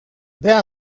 wer